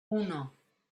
uno